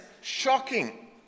shocking